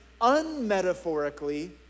unmetaphorically